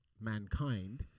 mankind